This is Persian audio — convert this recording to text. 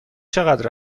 چقدر